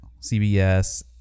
CBS